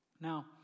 Now